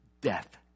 death